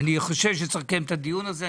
אני חושב שצרי לקיים את הדיון הזה.